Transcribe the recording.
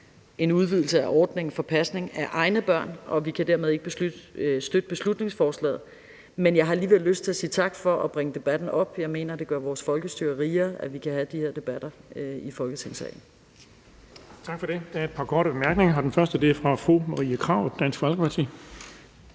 en udvidelse af ordningen for pasning af egne børn, og vi kan dermed ikke støtte beslutningsforslaget. Men jeg har alligevel lyst til at sige tak for at bringe debatten op. Jeg mener, det gør vores folkestyre rigere, at vi kan have de her debatter i Folketingssalen. Kl. 18:00 Den fg. formand (Erling Bonnesen): Tak for det. Der er et par korte bemærkninger. Den første er fra fru Marie Krarup, Dansk Folkeparti.